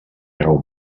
grau